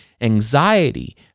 anxiety